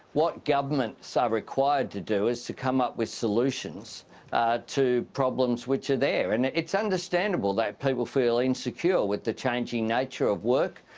what governments are required to do is to come up with solutions to problems which are there and it's understandable that people feel insecure with the changing nature of work,